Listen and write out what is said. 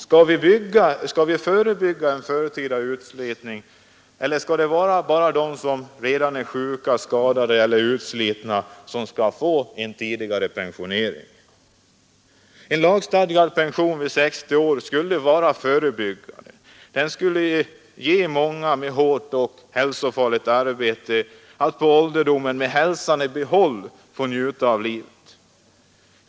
Skall vi förebygga en för tidig utslitning av människorna eller skall bara de som är sjuka, skadade eller utslitna få komma i åtnjutande av tidigare pensionering? En lagstadgad pension vid 60 års ålder skulle verka förebyggande och den skulle ge många med hårt och hälsofarligt arbete möjlighet att på ålderdomen med hälsan i behåll få njuta av livet.